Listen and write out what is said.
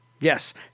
Yes